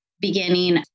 beginning